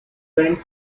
went